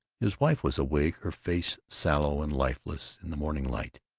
his wife was awake, her face sallow and lifeless in the morning light,